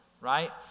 right